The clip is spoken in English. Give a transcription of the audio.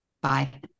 Bye